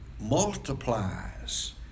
multiplies